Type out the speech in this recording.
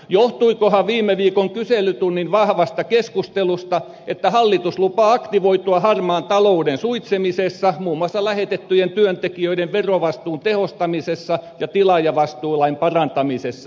johtuikohan viime viikon kyselytunnin vahvasta keskustelusta että hallitus lupaa aktivoitua harmaan talouden suitsimisessa muun muassa lähetettyjen työntekijöiden verovastuun tehostamisessa ja tilaajavastuulain parantamisessa